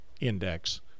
index